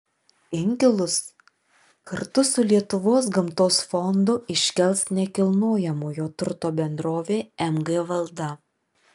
inkilus kartu su lietuvos gamtos fondu iškels nekilnojamojo turto bendrovė mg valda